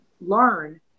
learn